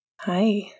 Hi